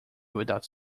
without